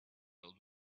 old